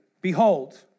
Behold